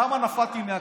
שם נפלתי מהכיסא.